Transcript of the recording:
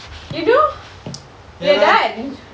you know we're done